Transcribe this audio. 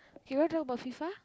ok you wanna talk about FIFA